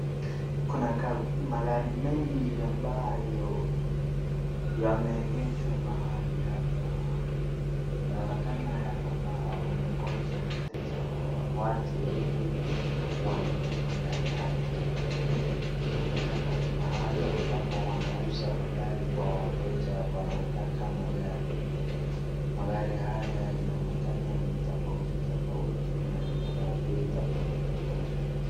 Kuna magari mengi ambayo yameegeshwa mahali hapa inaonekana ya kwamba wanangoja wateja waje ili wanunue magari haya , inaonekana ni mahali ambapo wanauza magari kwa wateja wanaotaka magari , magari haya inaonekana ni tofauti tofauti na ni ya bei tofauti tofauti.